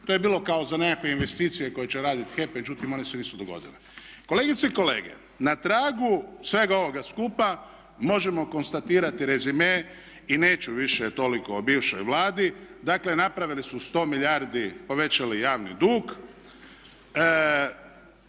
To je bilo kao za nekakve investicije koje će raditi HEP međutim one se nisu dogodile. Kolegice i kolege na tragu svega ovoga skupa možemo konstatirati rezime i neću više toliko o bivšoj Vladi, dakle napravili su 100 milijardi povećali javni dug,